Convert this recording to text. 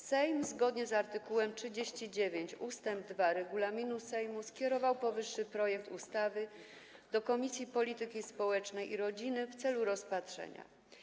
Sejm zgodnie z art. 39 ust. 2 regulaminu Sejmu skierował powyższy projekt ustawy do Komisji Polityki Społecznej i Rodziny w celu rozpatrzenia.